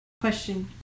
question